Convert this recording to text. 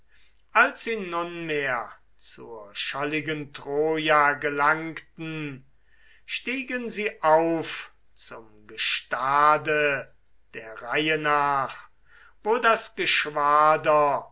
als sie nunmehr zur scholligen troja gelangten stiegen sie auf zum gestade der reihe nach wo das geschwader